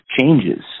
changes